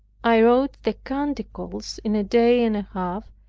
i wrote the canticles in a day and a half,